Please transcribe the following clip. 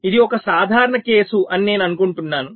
ఇది ఒక సాధారణ కేసు అని నేను అనుకుంటున్నాను